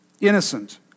innocent